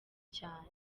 cyane